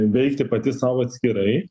veikti pati sau atskirai